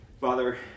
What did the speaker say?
Father